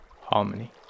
harmony